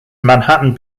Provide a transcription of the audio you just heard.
manhattan